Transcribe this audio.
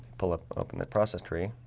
pull up up in the process tree